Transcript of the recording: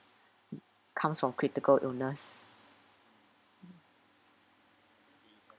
comes from critical illness